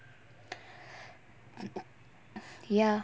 ya